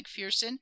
McPherson